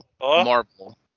Marvel